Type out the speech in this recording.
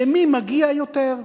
למי מגיע יותר.